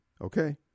Okay